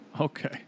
Okay